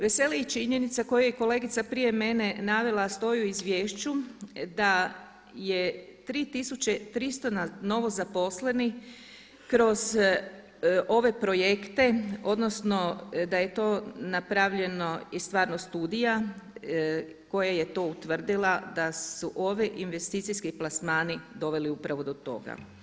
Veseli i činjenica koju je kolegica prije mene navela, stoji u izvješću da je na 3300 novozaposlenih kroz ove projekte odnosno da je to napravljeno i stvarno studija koja je to utvrdila da su ovi investicijski plasmani doveli upravo do toga.